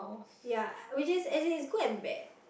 ya which is as in is good and bad